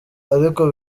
ariko